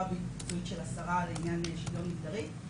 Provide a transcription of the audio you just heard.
הביצועית של השרה לעניין שוויון מגדרי,